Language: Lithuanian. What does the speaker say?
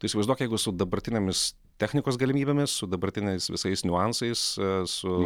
tu įsivaizduok jeigu su dabartinėmis technikos galimybėmis su dabartiniais visais niuansais su